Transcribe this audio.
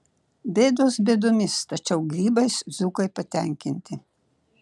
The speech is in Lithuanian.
bėdos bėdomis tačiau grybais dzūkai patenkinti